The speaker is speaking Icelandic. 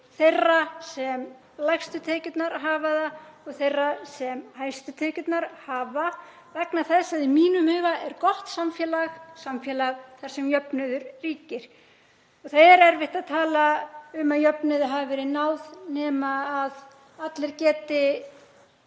þeirra sem lægstu tekjurnar hafa og þeirra sem hæstu tekjurnar hafa, vegna þess að í mínum huga er gott samfélag samfélag þar sem jöfnuður ríkir og það er erfitt að tala um að jöfnuði hafi verið náð nema allir geti